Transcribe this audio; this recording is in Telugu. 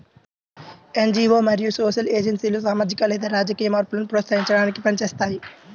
ఎన్.జీ.వో మరియు సోషల్ ఏజెన్సీలు సామాజిక లేదా రాజకీయ మార్పును ప్రోత్సహించడానికి పని చేస్తాయి